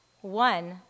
one